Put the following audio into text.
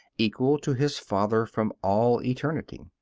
equal to his father from all eternity.